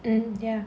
mm ya